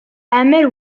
emyr